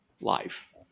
life